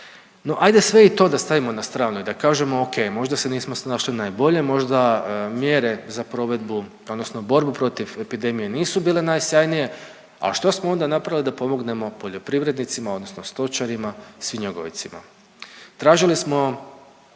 No hajde sve i to da stavimo na stranu i da kažemo o.k. možda se nismo snašli najbolje, možda mjere za provedbu, odnosno borbu protiv epidemije nisu bile najsjajnije. A što smo onda napravili da pomognemo poljoprivrednicima, odnosno stočarima, svinjogojcima. Tražili smo